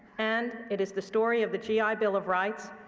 and it is the story of the gi bill of rights,